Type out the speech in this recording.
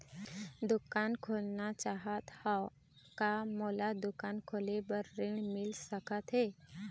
दुकान खोलना चाहत हाव, का मोला दुकान खोले बर ऋण मिल सकत हे?